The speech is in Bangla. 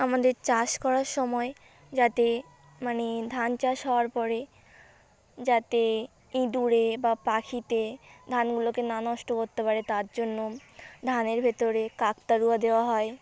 আমাদের চাষ করার সময় যাতে মানে ধান চাষ হওয়ার পরে যাতে ইঁদুরে বা পাখিতে ধানগুলোকে না নষ্ট করতে পারে তার জন্য ধানের ভেতরে কাকতাড়ুয়া দেওয়া হয়